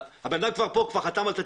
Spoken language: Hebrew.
הבן אדם כבר כאן, כבר חתם על תצהיר.